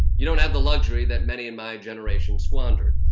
you don't have the luxury that many in my generation squandered.